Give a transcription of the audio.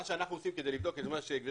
מה שאנחנו עושים כדי לבדוק את מה שגברתי,